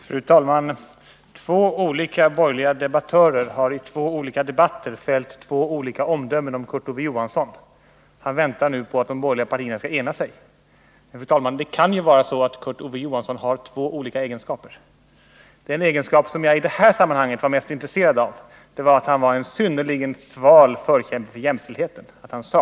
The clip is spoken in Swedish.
Fru talman! Två olika borgerliga debattörer har i två olika debatter fällt två olika omdömen om Kurt Ove Johansson. Han väntar nu på att de borgerliga partierna skall ena sig. Men det kan ju vara så att Kurt Ove Johansson har två olika egenskaper. Den egenskap som jag i det här sammanhanget fäste mig vid var att han är en synnerligen sval förkämpe för jämställdheten.